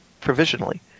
provisionally